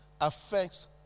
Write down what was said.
affects